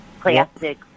plastic